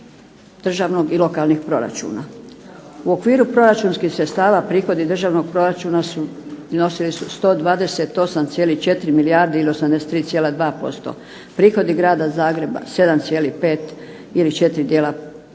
državnog i lokalnih proračuna. U okviru proračunskih sredstava prihodi državnog proračuna iznosili su 128,4 milijarde ili 83,2%, prihodi Grada Zagreba 7,5 ili 4,9% dok su